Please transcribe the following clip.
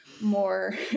more